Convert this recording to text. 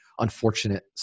unfortunate